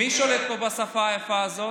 מי שולט פה בשפה היפה הזאת?